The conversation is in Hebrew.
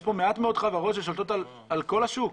יש פה מעט מאוד חברות ששולטות על כל השוק.